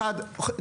אחד,